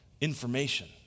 Information